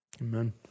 Amen